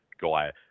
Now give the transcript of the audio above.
guy